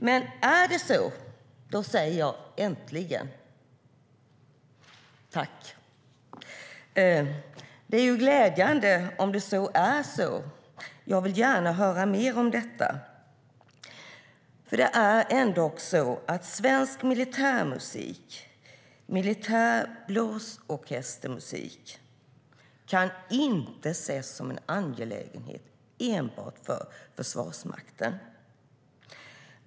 Men är det så säger jag: Äntligen, tack! Det är glädjande om det är så. Jag vill gärna höra mer om detta. Det är ändå så att svensk militärmusik, militär blåsorkestermusik, inte kan ses som en angelägenhet enbart för Försvarsmakten.